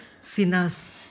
sinners